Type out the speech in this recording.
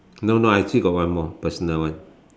no no I still got one more personal one